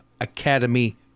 Academy